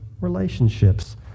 relationships